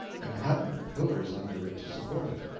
and hadn't pillars under it to support it,